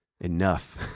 enough